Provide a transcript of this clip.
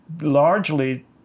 largely